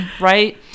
right